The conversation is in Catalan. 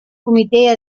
comitè